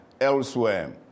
elsewhere